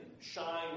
Shine